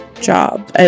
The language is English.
job